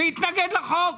והתנגד לחוק.